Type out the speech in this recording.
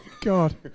God